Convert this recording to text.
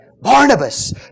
Barnabas